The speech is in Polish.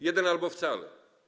Jeden albo wcale.